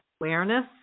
awareness